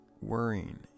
worrying